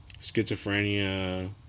schizophrenia